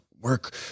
Work